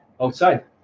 outside